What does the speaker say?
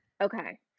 okay